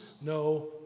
no